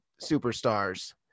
superstars